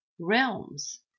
realms